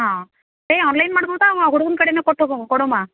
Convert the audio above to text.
ಹಾಂ ಏ ಆನ್ಲೈನ್ ಮಾಡ್ಬೋದಾ ಹುಡ್ಗನ ಕಡೆಯೇ ಕೊಟ್ಟೋಗಿ ಕೊಡುಮ